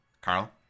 Carl